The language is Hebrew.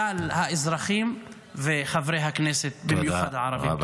כלל האזרחים וחברי הכנסת, במיוחד הערבים.